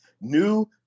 new